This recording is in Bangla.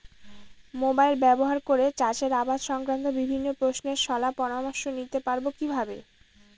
মোবাইল ব্যাবহার করে চাষের আবাদ সংক্রান্ত বিভিন্ন প্রশ্নের শলা পরামর্শ নিতে পারবো কিভাবে?